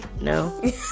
No